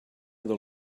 del